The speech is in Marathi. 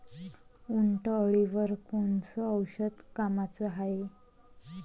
उंटअळीवर कोनचं औषध कामाचं हाये?